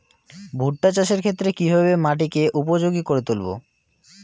ভুট্টা চাষের ক্ষেত্রে কিভাবে মাটিকে উপযোগী করে তুলবো?